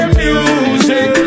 music